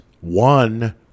one